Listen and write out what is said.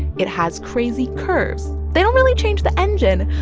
it has crazy curves. they don't really change the engine.